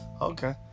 Okay